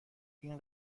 این